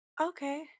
Okay